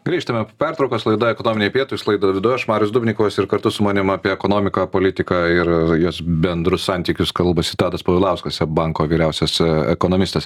grįžtame po pertraukos laida ekonominiai pietūs laidą vedu aš marius dubnikovas ir kartu su manim apie ekonomiką politiką ir jos bendrus santykius kalbasi tadas povilauskas seb banko vyriausias ekonomistas